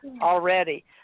already